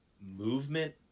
movement